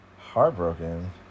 Heartbroken